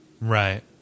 Right